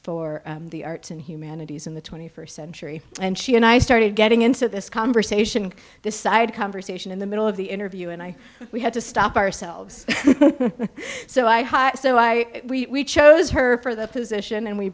for the arts and humanities in the twenty first century and she and i started getting into this conversation this side conversation in the middle of the interview and i had to stop ourselves so i ha so i we chose her for the position and we